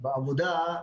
בעבודה,